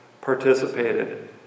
participated